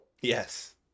Yes